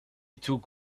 took